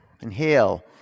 inhale